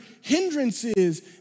hindrances